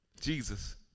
Jesus